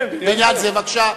בבקשה.